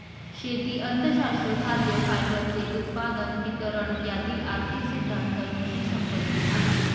शेती अर्थशास्त्र खाद्य, फायबरचे उत्पादन, वितरण यातील आर्थिक सिद्धांतानशी संबंधित आहे